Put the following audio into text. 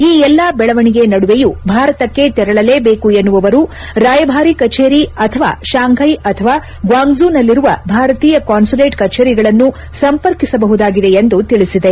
ಈ ಎಲ್ಲಾ ಬೆಳೆವಣಿಗೆ ನಡುವೆಯೂ ಭಾರತಕ್ಕೆ ತೆರಳಲೇ ಬೇಕು ಎನ್ನುವವರು ರಾಯಭಾರಿ ಕಚೇರಿ ಅಥವಾ ಶಾಂಘೈ ಅಥವಾ ಗ್ವಾಂಗ್ದುನಲ್ಲಿರುವ ಭಾರತೀಯ ಕಾನ್ವುಲೇಟ್ ಕಚೇರಿಗಳನ್ನು ಸಂಪರ್ಕಿಸಬಹುದಾಗಿದೆ ಎಂದು ತಿಳಿಸಿದೆ